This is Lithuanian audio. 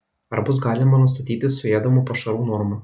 ar bus galima nustatyti suėdamų pašarų normą